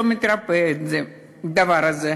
ולא מתרפא הדבר הזה.